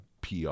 PR